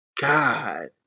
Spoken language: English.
God